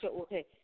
okay